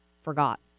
forgot